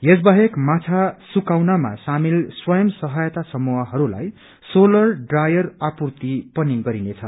यस बाहेक माछा सुकाउनमा शामेल स्वंय सहायता समूहहरूलाई सोलर ड्रायर आर्पित पनि गराइनेछ